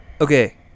Okay